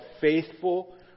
faithful